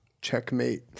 Checkmate